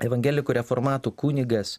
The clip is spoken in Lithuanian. evangelikų reformatų kunigas